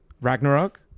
Ragnarok